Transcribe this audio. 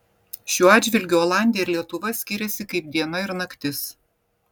šiuo atžvilgiu olandija ir lietuva skiriasi kaip diena ir naktis